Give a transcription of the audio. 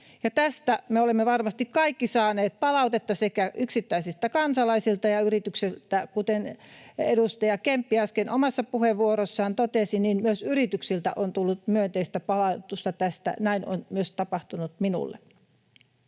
Tästä me olemme varmasti kaikki saaneet palautetta sekä yksittäisiltä kansalaisilta että yrityksiltä. Kuten edustaja Kemppi äsken omassa puheenvuorossaan totesi, myös yrityksiltä on tullut myönteistä palautetta tästä. Näin on myös tapahtunut minulle.